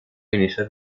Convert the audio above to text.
iniciar